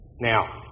Now